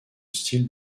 style